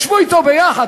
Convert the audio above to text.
ישבו אתו יחד.